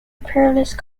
imperialist